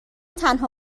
تنها